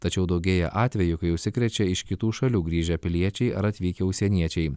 tačiau daugėja atvejų kai užsikrečia iš kitų šalių grįžę piliečiai ar atvykę užsieniečiai